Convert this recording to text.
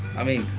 i mean?